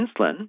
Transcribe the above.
insulin